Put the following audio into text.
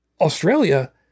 australia